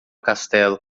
castelo